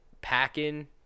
packing